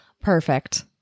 Perfect